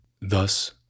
Thus